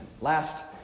Last